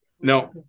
No